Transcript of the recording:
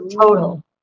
total